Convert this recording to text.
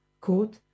quote